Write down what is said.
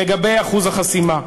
לגבי אחוז החסימה,